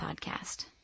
podcast